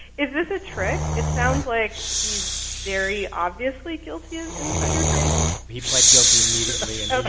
is this a trick? it sounds like he's very obviously guilty of insider trading he pled guilty immediately and